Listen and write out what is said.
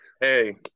Hey